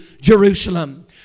Jerusalem